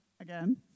again